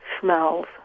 smells